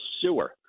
sewer